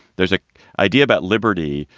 there's a idea about liberty,